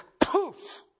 poof